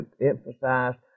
emphasized